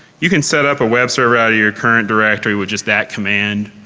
you can set up a web server out of your current directory with just that command.